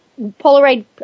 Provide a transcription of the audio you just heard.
Polaroid